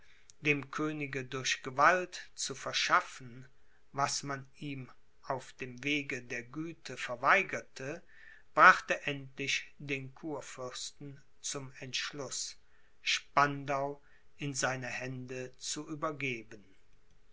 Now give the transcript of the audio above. dem könige durch gewalt zu verschaffen was man ihm auf dem wege der güte verweigerte brachte endlich den kurfürsten zum entschluß spandau in seine hände zu übergeben